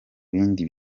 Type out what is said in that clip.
bindi